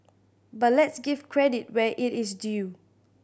but let's give credit where it is due